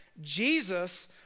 Jesus